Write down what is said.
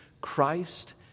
Christ